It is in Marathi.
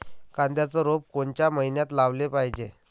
कांद्याचं रोप कोनच्या मइन्यात लावाले पायजे?